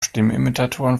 stimmenimitatoren